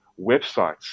websites